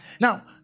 Now